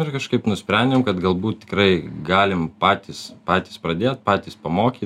ir kažkaip nusprendėme kad galbūt tikrai galim patys patys pradėt patys pamokyt